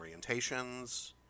orientations